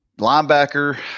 Linebacker